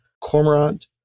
Cormorant